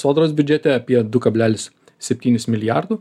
sodros biudžete apie du kablelis septynis milijardų